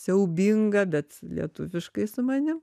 siaubinga bet lietuviškai su manim